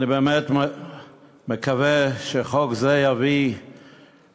אני באמת מקווה שחוק זה יביא